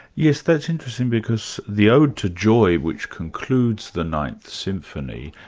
yes that's interesting because the ode to joy which concludes the ninth symphony,